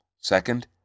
Second